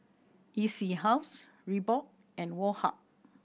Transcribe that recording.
E C House Reebok and Woh Hup